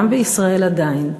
גם בישראל עדיין,